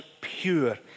pure